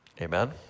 Amen